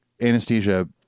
Anesthesia